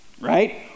right